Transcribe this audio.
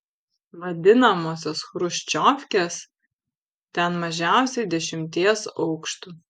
vadinamosios chruščiovkes ten mažiausiai dešimties aukštų